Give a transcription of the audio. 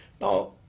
Now